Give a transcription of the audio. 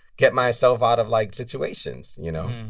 get myself out of, like, situations, you know.